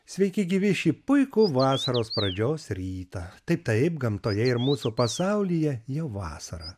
sveiki gyvi šį puikų vasaros pradžios rytą tai taip gamtoje ir mūsų pasaulyje jau vasara